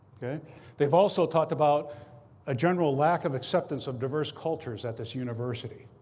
they've also talked about a general lack of acceptance of diverse cultures at this university